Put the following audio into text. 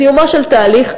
בסיומו של תהליך,